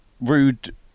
Rude